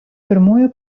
pirmųjų